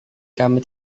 kami